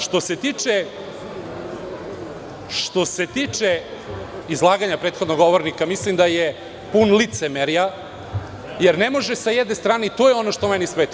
Što se tiče izlaganja prethodnog govornika mislim da je puno licemerja jer ne može sa jedne strane i to je ono što meni smeta.